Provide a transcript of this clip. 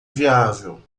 viável